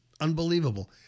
Unbelievable